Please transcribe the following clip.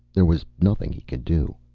there was nothing he could do.